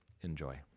enjoy